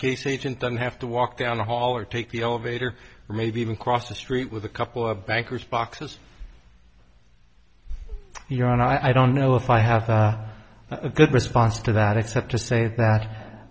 cases agent don't have to walk down the hall or take the elevator or maybe even cross the street with a couple of bankers boxes here i don't know if i have a good response to that except to say that